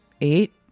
Eight